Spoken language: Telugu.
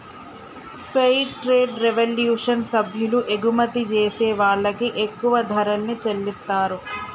ఫెయిర్ ట్రేడ్ రెవల్యుషన్ సభ్యులు ఎగుమతి జేసే వాళ్ళకి ఎక్కువ ధరల్ని చెల్లిత్తారు